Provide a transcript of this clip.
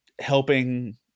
helping